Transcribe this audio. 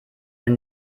wenn